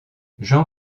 jean